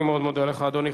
אני מאוד מודה לך, אדוני.